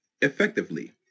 Effectively